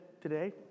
today